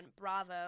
Bravo